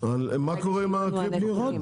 אבל מה קורה עם הקריפטו?